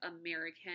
American